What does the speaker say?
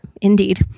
Indeed